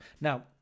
Now